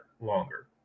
longer